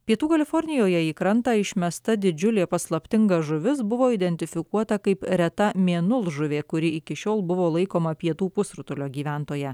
pietų kalifornijoje į krantą išmesta didžiulė paslaptinga žuvis buvo identifikuota kaip reta mėnulžuvė kuri iki šiol buvo laikoma pietų pusrutulio gyventoja